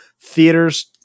Theaters